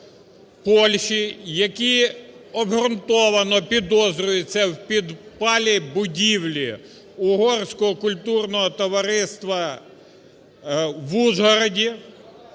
Польщі, які обґрунтовано підозрюються в підпалі будівлі Угорського культурного товариства в Ужгороді,